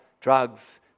drugs